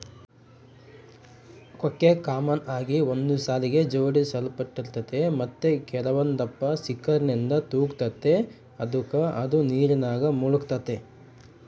ಕೊಕ್ಕೆ ಕಾಮನ್ ಆಗಿ ಒಂದು ಸಾಲಿಗೆ ಜೋಡಿಸಲ್ಪಟ್ಟಿರ್ತತೆ ಮತ್ತೆ ಕೆಲವೊಂದಪ್ಪ ಸಿಂಕರ್ನಿಂದ ತೂಗ್ತತೆ ಅದುಕ ಅದು ನೀರಿನಾಗ ಮುಳುಗ್ತತೆ